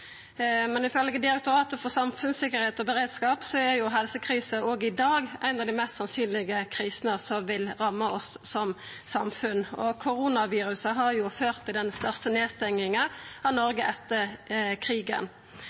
Direktoratet for samfunnssikkerhet og beredskap er helsekrise òg i dag ei av dei mest sannsynlege krisene som vil ramma oss som samfunn. Og koronaviruset har ført til den største stenginga av Noreg etter krigen.